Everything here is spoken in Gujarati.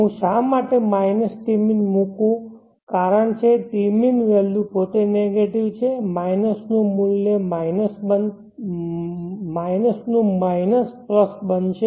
હું શા માટે માઇનસ tmin મુકું કારણ છે tmin વેલ્યુ પોતે નેગેટિવ છે માઇનસ નું માઇનસ પ્લસ બનશે